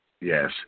Yes